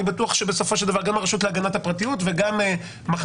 אני בטוח שבסופו של דבר גם הרשות להגנת הפרטיות וגם מחלקת